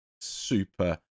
super